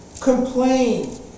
complain